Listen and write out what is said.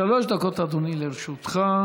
שלוש דקות, אדוני, לרשותך.